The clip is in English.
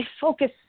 focus